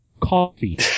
coffee